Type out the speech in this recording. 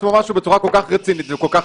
עצמו משהו בצורה כל כך רצינית וכל כך